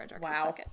wow